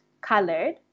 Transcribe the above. colored